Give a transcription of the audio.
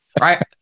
Right